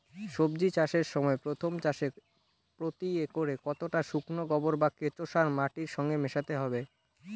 সবজি চাষের সময় প্রথম চাষে প্রতি একরে কতটা শুকনো গোবর বা কেঁচো সার মাটির সঙ্গে মেশাতে হবে?